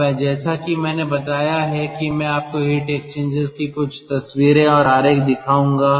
अब जैसा कि मैंने बताया है कि मैं आपको हीट एक्सचेंजर्स की कुछ तस्वीरें और आरेख दिखाऊंगा